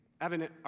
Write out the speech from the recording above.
Evan